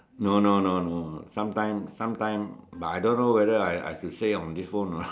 no no no no sometime sometime but I don't know whether I can say on this phone no